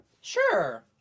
sure